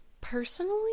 Personally